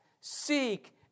seek